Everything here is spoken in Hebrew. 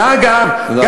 ואגב, תודה רבה.